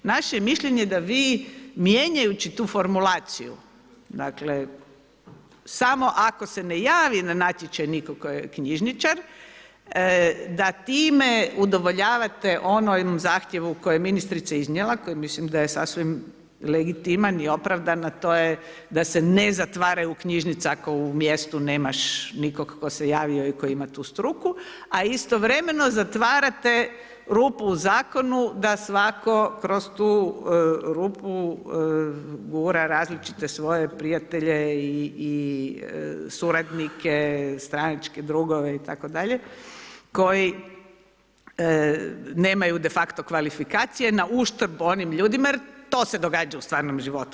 Naše je mišljenje da vi mijenjajući tu formulaciju, dakle, samo ako se ne javi na natječaj nitko tko je knjižničar, da time udovoljavate, onom jednom zahtjevu, koje je ministrica iznijela, koje mislim da je sasvim legitiman i opravdan, a to je da se ne zatvaraju knjižnice, ako u mjestu nemaš nikoga tko se javio i tko ima tu struku, a istovremeno zatvarate rupu u zakonu da svatko kroz tu rupu gura različite svoje prijatelje i suradnike, stranačke drugove itd. koji nemaju de facto kvalifikacije, na uštrb onim ljudima, jer to se događa u stvarnom životu.